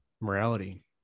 morality